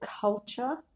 culture